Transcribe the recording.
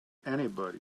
anybody